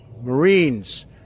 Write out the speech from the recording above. Marines